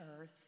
earth